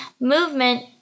movement